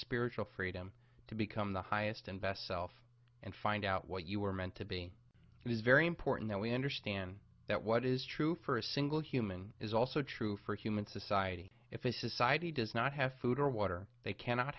spiritual freedom to become the highest and best self and find out what you were meant to be it is very important that we understand that what is true for a single human is also true for human society if a society does not have food or water they cannot